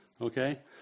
okay